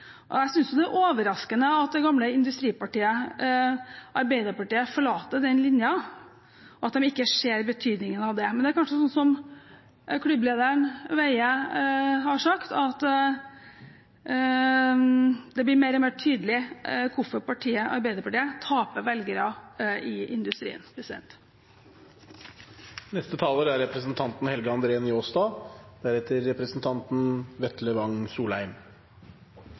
dag. Jeg synes det er overraskende at det gamle industripartiet Arbeiderpartiet forlater den linjen, og at de ikke ser betydningen av det. Men det er kanskje slik som klubblederen Veie har sagt, at det blir mer og mer tydelig hvorfor Arbeiderpartiet taper velgere i industrien. Det var representanten